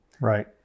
Right